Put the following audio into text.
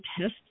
test